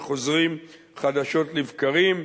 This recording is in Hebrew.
וחוזרים חדשות לבקרים,